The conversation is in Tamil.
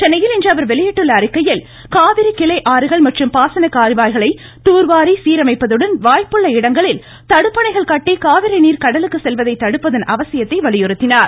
சென்னையில் இன்று அவர் வெளியிட்டுள்ள அறிக்கையில் காவிரி கிளை ஆறுகள் மற்றும் பாசன கால்வாய்களை தூர்வாரி சீரமைப்பதுடன் வாய்ப்புள்ள இடங்களில் தடுப்பணைகள் கட்டி காவிரி நீர் கடலுக்கு செல்வதை தடுப்பதன் அவசியத்தை வலியுறுத்தியுள்ளார்